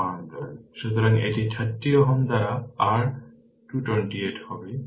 সুতরাং এটি 13Ω দ্বারা r 228 হবে